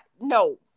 No